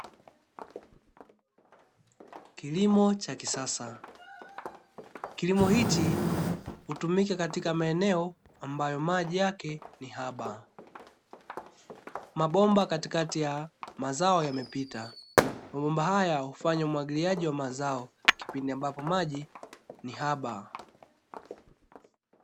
Kilimo cha kisasa, kilimo hichi hutumika katika maeneo ambayo maji yake ni haba. Mabomba katikati ya mazao yamepita. Mabomba haya hufanya umwagiliaji wa mazao kipindi ambapo maji ni haba.